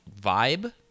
vibe